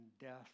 death